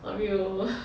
oreo